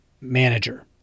manager